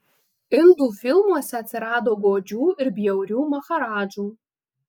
indų filmuose atsirado godžių ir bjaurių maharadžų